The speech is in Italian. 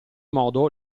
modo